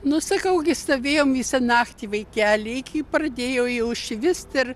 nu sakau gi stovėjom visą naktį vaikeli iki pradėjo jau švist ir